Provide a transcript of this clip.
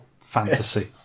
fantasy